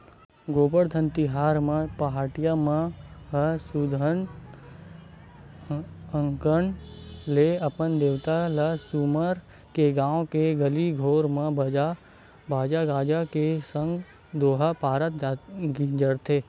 गोबरधन तिहार म पहाटिया मन ह सुग्घर अंकन ले अपन देवता ल सुमर के गाँव के गली घोर म बाजा गाजा के संग दोहा पारत गिंजरथे